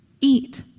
eat